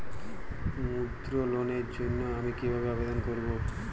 মুদ্রা লোনের জন্য আমি কিভাবে আবেদন করবো?